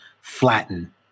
flatten